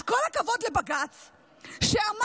אז כל הכבוד לבג"ץ שאמר,